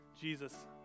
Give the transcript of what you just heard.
Jesus